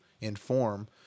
inform